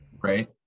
Right